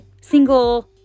Single